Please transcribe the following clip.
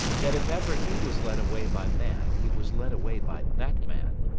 that if ever he was led away by man he was led away by that man,